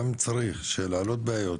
גם אם צריך להעלות בעיות